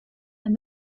and